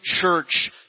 church